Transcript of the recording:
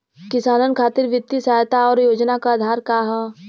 किसानन खातिर वित्तीय सहायता और योजना क आधार का ह?